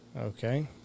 Okay